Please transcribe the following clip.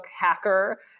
hacker